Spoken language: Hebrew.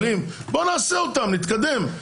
יש דברים מקובלים, בואו נעשה אותם, נתקדם.